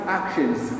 actions